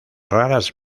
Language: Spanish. raras